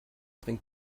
trink